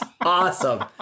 awesome